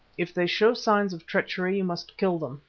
if they show signs of treachery, you must kill them,